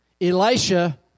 Elisha